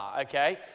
okay